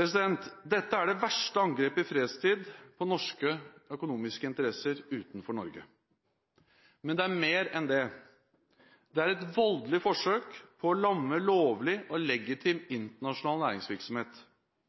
Dette er det verste angrepet i fredstid på norske økonomiske interesser utenfor Norge. Men det er mer enn det. Det er et voldelig forsøk på å lamme lovlig og legitim internasjonal næringsvirksomhet,